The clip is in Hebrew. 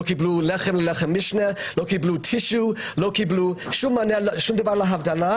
לא קיבלו לחם ושום דבר להבדלה.